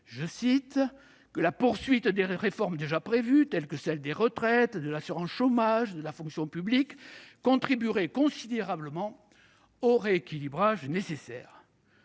que « la poursuite des réformes déjà prévues, telles que celles des retraites, de l'assurance chômage et de la fonction publique, contribuerait considérablement au rééquilibrage nécessaire ».